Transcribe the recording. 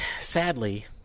sadly